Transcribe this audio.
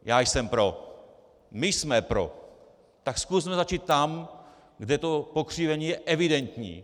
Já jsem pro, my jsme pro, tak zkusme začít tam, kde to pokřivení je evidentní.